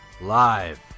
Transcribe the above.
live